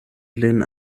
lin